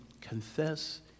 confess